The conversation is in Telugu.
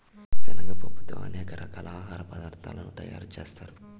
శనగ పప్పుతో అనేక రకాల ఆహార పదార్థాలను తయారు చేత్తారు